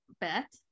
Bet